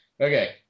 Okay